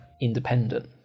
independent